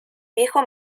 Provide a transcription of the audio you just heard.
viejo